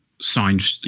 signed